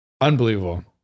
Unbelievable